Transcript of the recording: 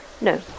No